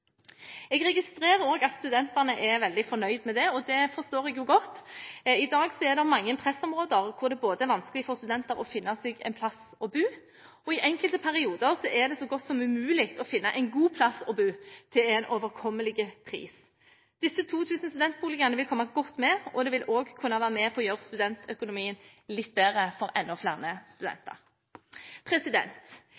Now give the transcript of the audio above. Jeg registrerer også at studentene er veldig fornøyde med det, og det forstår jeg godt. I dag er det mange pressområder hvor det er vanskelig for studenter å finne seg en plass å bo og i enkelte perioder så godt som umulig å finne en god plass å bo til en overkommelig pris. Disse 2 000 studentboligene vil komme godt med, og det vil også kunne være med på å gjøre studentøkonomien litt bedre for enda flere